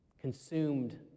consumed